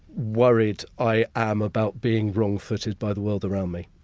worried i am about being wrong footed by the world around me